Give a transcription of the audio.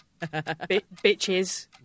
bitches